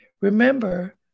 remember